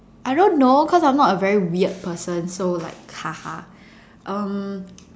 I don't know cause I'm not a very weird person so like ha ha um